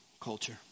culture